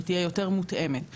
שתהיה יותר מותאמת.